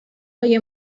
های